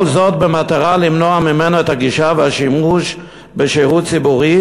כל זאת במטרה למנוע ממנו את הגישה והשימוש בשירות ציבורי